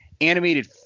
animated